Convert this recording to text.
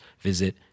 visit